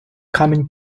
камінь